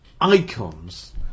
icons